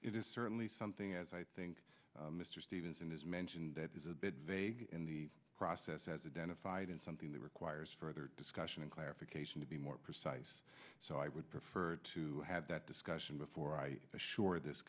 it is certainly something as i think mr stevenson has mentioned that is a bit vague in the process as a den of phaidon something that requires further discussion and clarification to be more precise so i would prefer to have that discussion before i assure this